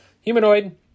Humanoid